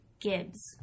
Gibbs